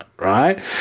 right